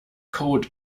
code